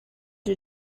you